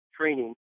training